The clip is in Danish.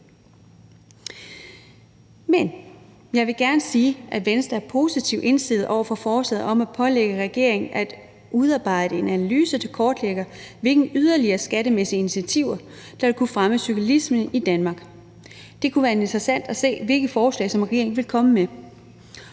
Men jeg vil gerne sige, at Venstre er positivt indstillet over for forslaget om at pålægge regeringen at udarbejde en analyse, der kortlægger, hvilke yderligere skattemæssige initiativer der vil kunne fremme cyklismen i Danmark. Det kunne være interessant at se, hvilke forslag regeringen vil komme med.